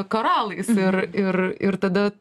koralais ir ir ir tada